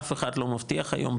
אף אחד לא מבטיח היום,